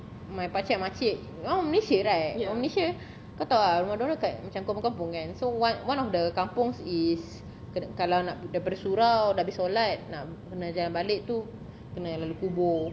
my pakcik and makcik orang malaysia right orang malaysia kau [tau] lah rumah dia orang kat kampung-kampung kan so one one of the kampung is kalau nak daripada surau dah habis solat nak kena jalan balik tu kena lalu kubur